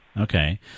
Okay